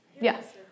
Yes